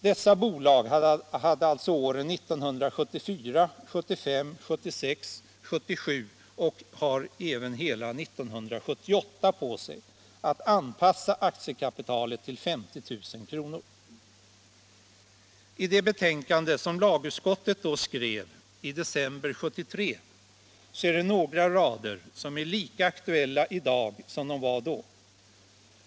Dessa bolag hade alltså åren 1974, 1975, 1976, 1977 och har även hela 1978 på sig att höja aktiekapitalet till 50 000 kr. I det betänkande som lagutskottet skrev i december 1973 finns det några rader som är lika aktuella i dag som de var då.